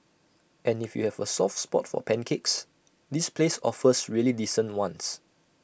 and if you have A soft spot for pancakes this place offers really decent ones